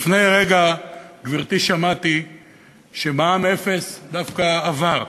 לפני רגע, גברתי, שמעתי שמע"מ אפס דווקא עבר.